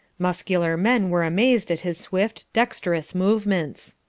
muscular men were amazed at his swift, dexterous movements.